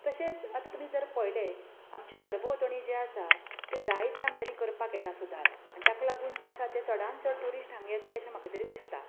तशेंच आतां तुमी जर पयलें आमचे सरभोंवतणी जें आसा तें जाय तें आमच्यानी करपाक येता सुदार आनी ताका लागून जें आसा तें चडान चड ट्यूरिश्ट हांगा येतले अशें म्हाका तरी दिसता